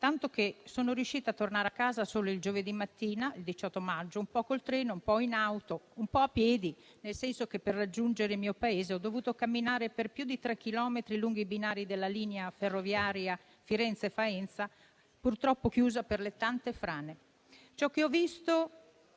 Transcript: tanto che sono riuscita a tornare a casa solo il giovedì mattina (il 18 maggio), un po' con il treno, un po' in auto e un po' a piedi, nel senso che, per raggiungere il mio paese, ho dovuto camminare per più di tre chilometri lungo i binari della linea ferroviaria Firenze-Faenza, purtroppo chiusa per le tante frane. Ciò che ho visto,